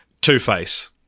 Two-Face